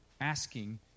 asking